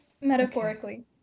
metaphorically